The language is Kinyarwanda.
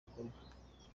bikorwa